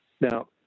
Now